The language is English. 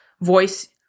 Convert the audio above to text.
voice